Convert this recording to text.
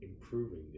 improving